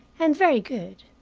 and very good,